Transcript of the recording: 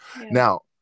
now